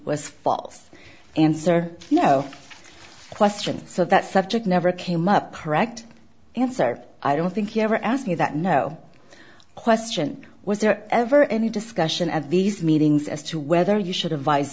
was false answer no questions so that subject never came up correct answer i don't think you ever asked me that no question was there ever any discussion at these meetings as to whether you should advise